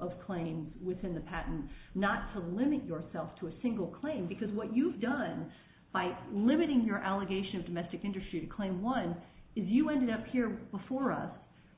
of claims within the patent not to limit yourself to a single claim because what you've done by limiting your allegation of domestic interfere to claim one is you end up here before us